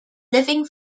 living